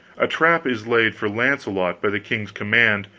a trap is laid for launcelot, by the king's command,